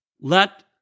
let